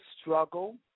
struggle